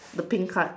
the pink card